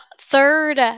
third